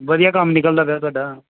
ਵਧੀਆ ਕੰਮ ਨਿਕਲਦਾ ਪਿਆ ਤੁਹਾਡਾ